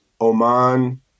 Oman